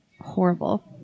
horrible